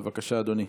בבקשה, אדוני.